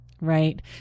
Right